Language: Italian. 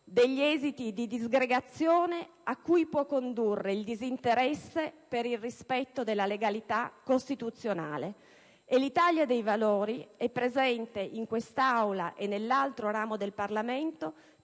degli esiti di disgregazione a cui può condurre il disinteresse per il rispetto della legalità costituzionale. L'Italia dei Valori è presente in quest'Aula e nell'altro ramo del Parlamento